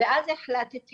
ואז החלטתי